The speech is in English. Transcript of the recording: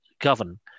govern